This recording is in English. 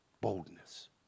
Boldness